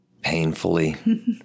painfully